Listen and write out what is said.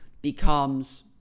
becomes